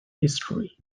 history